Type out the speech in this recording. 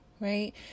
right